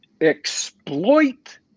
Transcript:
Exploit